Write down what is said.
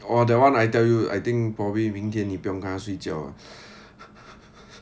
!wah! that one I tell you I think probably 明天你不用跟她睡觉